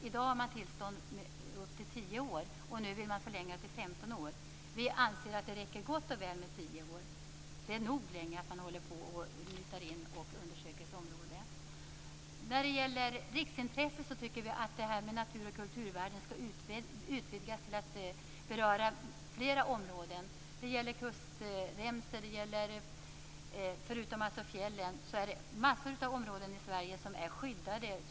I dag har man tillstånd i upp till tio år. Nu vill man förlänga det till femton år. Vi anser att det gott och väl räcker med tio år. Det är nog länge att man mutar in och undersöker ett område i tio år. När det gäller riksintressen tycker vi att natur och kulturvärden skall utvidgas till att gälla flera områden. Förutom fjällen gäller det kustremsor och många områden som är skyddade.